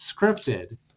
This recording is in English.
scripted